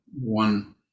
one